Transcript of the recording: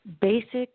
basic